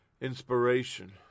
Inspiration